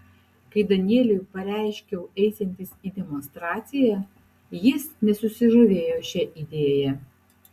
kai danieliui pareiškiau eisiantis į demonstraciją jis nesusižavėjo šia idėja